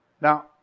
Now